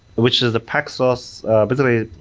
which is a paxos basically,